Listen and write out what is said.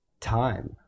time